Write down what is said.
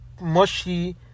mushy